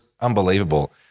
unbelievable